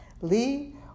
Lee